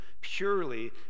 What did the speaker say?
purely